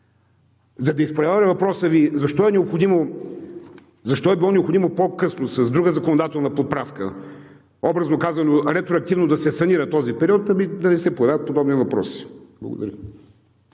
За да изпреваря въпроса Ви защо е било необходимо по-късно, с друга законодателна поправка, образно казано ретроактивно, да се санира този период, ами да не се появяват подобни въпроси. Благодаря.